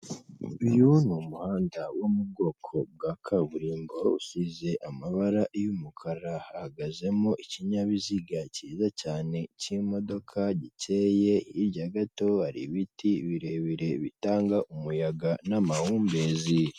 Uyu ni umuhanda wo mu bwoko bwa kaburimbo usize amabara y'umukara, hahagazemo ikinyabiziga cyiza cyane cy'imodoka gikeye, hirya gato hari ibiti birebire bitanga umuyaga n'amahumbezi.